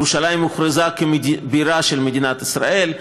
ירושלים הוכרזה כבירה של מדינת ישראל,